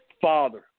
Father